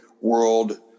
world